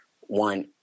one